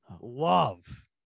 love